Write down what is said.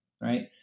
right